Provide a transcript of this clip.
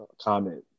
comment